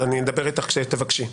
אני אדבר איתך כשתבקשי.